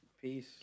Peace